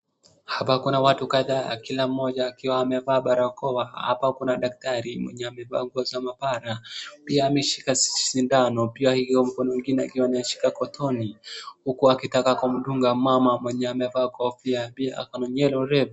Hapa kuna watu kadhaa, kila mmoja akiwa amevaa barakoa, hapa kuna daktari mwenye amevaa nguo za maabara, pia ameshika sindano, pia huo mkono mwingine akiwa ameshika kotoni, huku akitaka kumdunga mama mwenye amevaa kofia pia ako na nywele already .